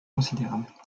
considérables